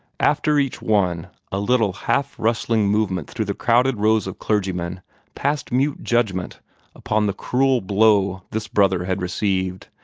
after each one a little half-rustling movement through the crowded rows of clergymen passed mute judgment upon the cruel blow this brother had received,